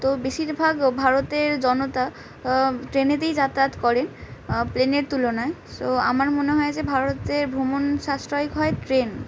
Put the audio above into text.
তো বেশিরভাগ ভারতের জনতা ট্রেনেতেই যাতায়াত করেন প্লেনের তুলনায় সো আমার মনে হয় যে ভারতের ভ্রমণ সাশ্রয়িক হয় ট্রেন